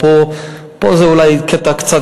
זה אולי קטע קצת